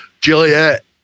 Juliet